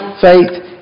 faith